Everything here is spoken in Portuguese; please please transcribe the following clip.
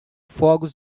fogos